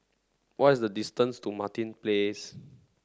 what is the distance to Martin Place